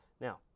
Now